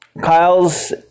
Kyle's